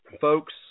folks